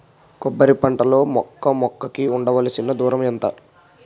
కొబ్బరి పంట లో మొక్క మొక్క కి ఉండవలసిన దూరం ఎంత